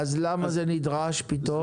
אז למה זה נדרש פתאום?